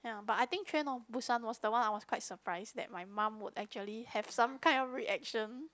ya but I think train to Busan was the one I was quite surprised that my mum would actually have some kind of reaction